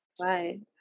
Right